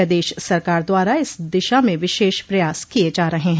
प्रदेश सरकार द्वारा इस दिशा में विशेष प्रयास किये जा रहे हैं